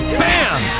bam